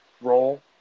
role